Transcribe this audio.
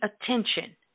attention